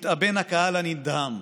מתאבן הקהל הנדהם,